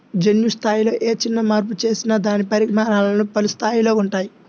జన్యు స్థాయిలో ఏ చిన్న మార్పు చేసినా దాని పరిణామాలు పలు స్థాయిలలో ఉంటాయి